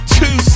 two